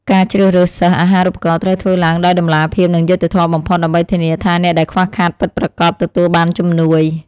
ការជ្រើសរើសសិស្សអាហារូបករណ៍ត្រូវធ្វើឡើងដោយតម្លាភាពនិងយុត្តិធម៌បំផុត ដើម្បីធានាថាអ្នកដែលខ្វះខាតពិតប្រាកដទទួលបានជំនួយ។